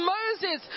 Moses